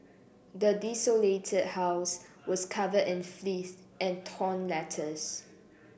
the desolated house was covered in filth and torn letters